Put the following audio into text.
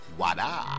wada